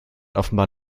offenbar